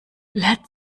let